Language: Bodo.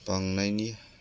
बांनायनि